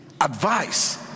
advice